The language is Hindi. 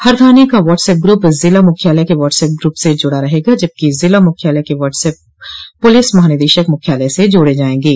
हर थाने का वाट्सऐप ग्रप जिला मुख्यालय के वाट्सऐप ग्रप से जुड़ा रहेगा जबकि जिला मुख्यालय के वाट्सऐप पुलिस महानिदेषक मुख्यालय से जोड़े जायेंगे